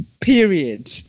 Period